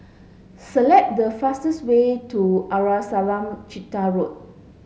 select the fastest way to Arnasalam Chetty Road